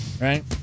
right